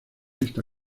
esta